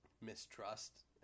mistrust